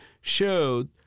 showed